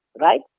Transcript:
right